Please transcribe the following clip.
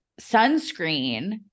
sunscreen